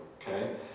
okay